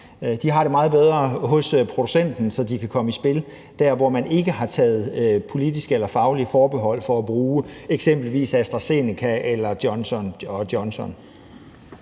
De har det meget bedre hos producenten, så de kan komme i spil der, hvor man ikke har taget politiske eller faglige forbehold for at bruge eksempelvis AstraZeneca eller Johnson & Johnson.